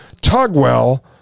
Tugwell